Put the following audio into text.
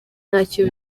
ntacyo